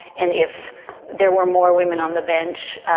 and if there were more women on the bench,